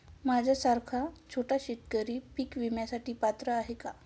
माझ्यासारखा छोटा शेतकरी पीक विम्यासाठी पात्र आहे का?